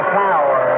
power